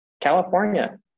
California